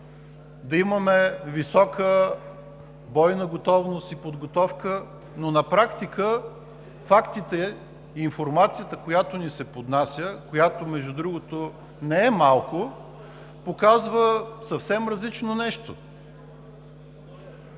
да имаме висока бойна готовност и подготовка, но на практика фактите, информацията, която ни се поднася, която между другото не е малко, показва съвсем различно нещо.